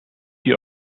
die